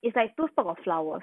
it's like to two stalk of flower